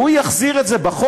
והוא יחזיר את זה כחוק,